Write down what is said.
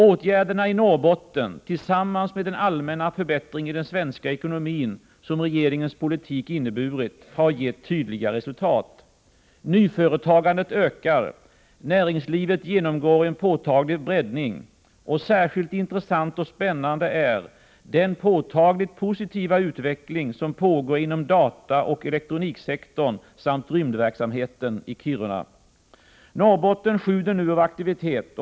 Åtgärderna i Norrbotten tillsammans med den allmänna förbättring i den svenska ekonomin som regeringens politik inneburit har gett tydliga resultat. Nyföretagandet ökar, näringslivet genomgår en påtaglig breddning. Särskilt intressant och spännande är den påtagligt positiva utveckling som pågår inom dataoch elektroniksektorn samt rymdverksamheten i Kiruna. Norrbotten sjuder nu av aktivitet.